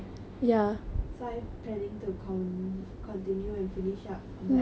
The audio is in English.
so are you planning to con~ continue and finish up the entire time